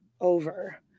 over